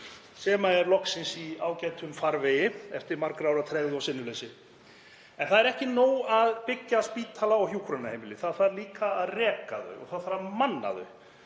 sem er loksins í ágætum farvegi eftir margra ára tregðu og sinnuleysi. En það er ekki nóg að byggja spítala og hjúkrunarheimili. Það þarf líka að reka þau og þarf að manna þau.